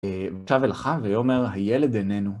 וישב אל אחיו ויאמר הילד איננו.